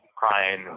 crying